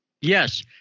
Yes